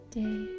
day